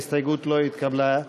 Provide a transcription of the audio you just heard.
ההסתייגות לא התקבלה.